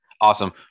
Awesome